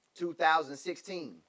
2016